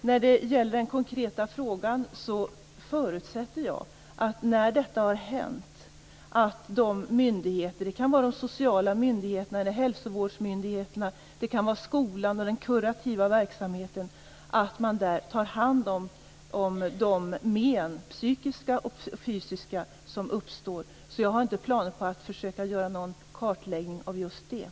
När det gäller den konkreta frågan förutsätter jag att man på de myndigheter som är berörda - de sociala myndigheterna, hälsovårdsmyndigheterna eller den kurativa verksamheten i skolan - tar hand om de psykiska och fysiska men som uppstår. Jag har inte planer på att göra någon kartläggning av just dessa.